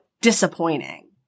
disappointing